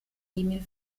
emil